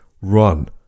run